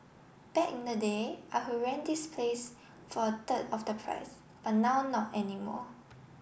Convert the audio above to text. back in the day I would rent this place for a third of the price but now not any more